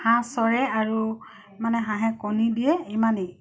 হাঁহ চৰে আৰু মানে হাঁহে কণী দিয়ে ইমানেই